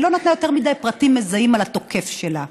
היא לא נתנה יותר מדי פרטים מזהים על התוקף שלה,